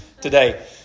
today